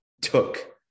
took